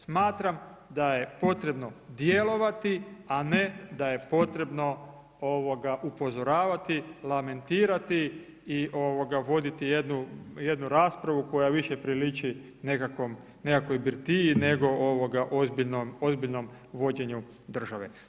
Smatram da je potrebo djelovati a ne da je potrebno upozoravati, lamentirati i voditi jednu raspravu koja više priliči nekakvoj birtiji nego ozbiljnom vođenju države.